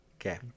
Okay